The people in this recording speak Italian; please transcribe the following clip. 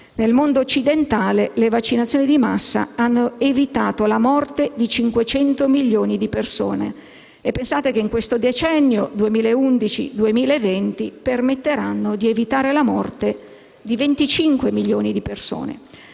Nel mondo occidentale le vaccinazioni di massa hanno evitato la morte di 500 milioni di persone e pensate che nell'attuale decennio 2011-2020 permetteranno di evitare la morte di 25 milioni di persone.